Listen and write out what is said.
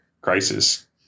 crisis